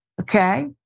okay